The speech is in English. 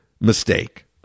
mistake